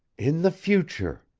in the future!